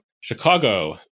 Chicago